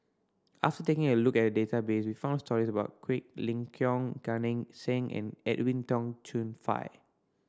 after taking a look at the database we found stories about Quek Ling Kiong Gan Eng Seng and Edwin Tong Chun Fai